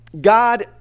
God